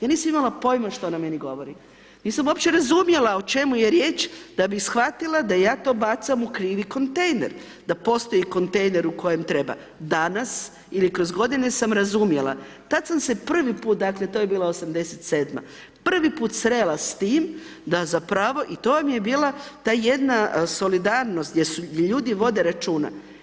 Ja nisam imala pojma što ona meni govori, nisam uopće razumjela o čemu je riječ da bi shvatila da ja to bacam u krivim kontejner da postoji kontejner u kojem treba danas ili kroz godine sam razumjela, tad sam se prvi put, dakle to je bilo '87., prvi put srela s tim da zapravo, i to vam je bila ta jedna solidarnost gdje ljudi vode računa.